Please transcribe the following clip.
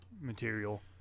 material